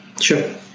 Sure